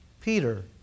Peter